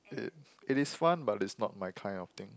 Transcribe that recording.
it it is fun but is not my kind of thing